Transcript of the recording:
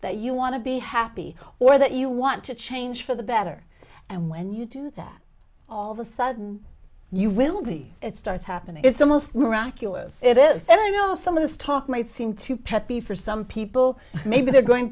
that you want to be happy or that you want to change for the better and when you do that all of a sudden you will be it starts happening it's almost miraculous it is said i know some of this talk might seem to peppy for some people maybe they're going